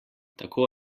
tako